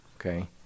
Okay